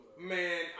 Man